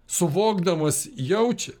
suvokdamas jaučia